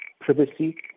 privacy